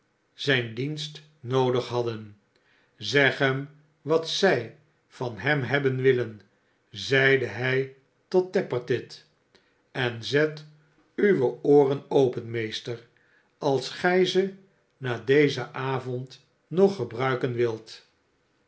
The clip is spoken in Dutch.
zijn dienst noodig hadden zeg hem wat zij van hem hebben willen zeide hij tot tappertit en zet uwe ooren open meester als gij ze na dezen avond nog gebruiken wilt